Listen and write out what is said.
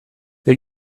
they